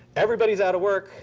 everybody's out of work.